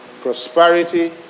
prosperity